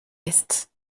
est